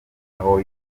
aho